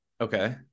Okay